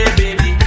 baby